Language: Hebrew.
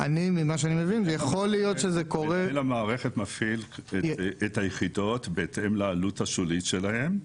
מנהל המערכת מפעיל את היחידות בהתאם לעלות השולית שלהן,